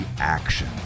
action